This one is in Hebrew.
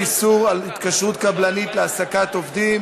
איסור התקשרות קבלנית להעסקת עובדים),